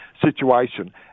situation